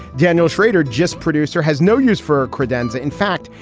daniel shrader, just producer, has no use for credenza. in fact,